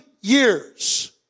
years